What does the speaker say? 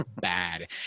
bad